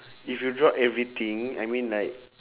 if you drop everything I mean like